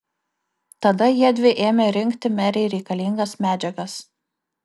tada jiedvi ėmė rinkti merei reikalingas medžiagas